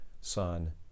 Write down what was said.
son